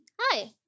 Hi